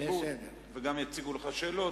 וגם יציגו לך שאלות,